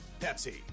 Pepsi